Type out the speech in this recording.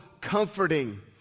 comforting